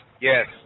Yes